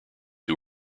who